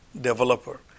developer